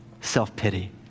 self-pity